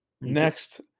next